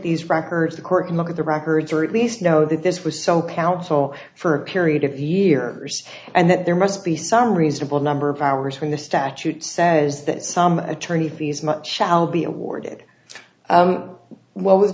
these records to court and look at the records or at least know that this was so counsel for a period of years and that there must be some reasonable number of powers from the statute says that some attorney fees much shall be awarded